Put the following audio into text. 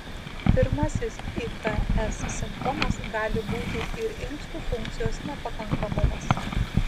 pirmasis iks simptomas gali būti ir inkstų funkcijos nepakankamumas